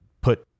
put